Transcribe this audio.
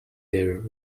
their